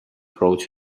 rhodes